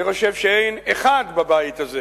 אני חושב שאין אחד בבית הזה